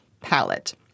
palette